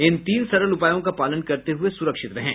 इन तीन सरल उपायों का पालन करते हुए सुरक्षित रहें